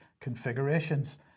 configurations